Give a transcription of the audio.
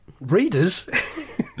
readers